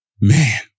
man